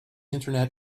internet